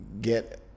get